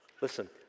listen